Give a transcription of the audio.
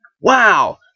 wow